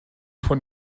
von